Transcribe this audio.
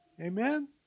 Amen